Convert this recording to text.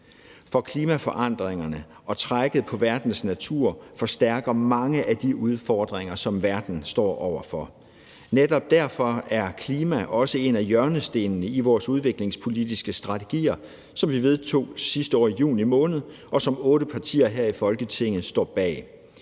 For klimaforandringerne og trækket på verdens natur forstærker mange af de udfordringer, som verden står over for. Netop derfor er klima også en af hjørnestenene i vores udviklingspolitiske strategier, som vi vedtog sidste år i juni måned, og som otte partier her i Folketinget står bag.